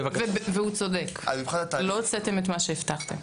והוא צודק, לא הוצאתם את מה שהבטחתם.